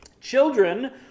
Children